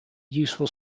useful